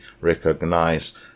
recognize